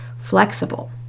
flexible